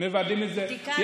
מוודאים את זה.